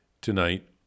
Tonight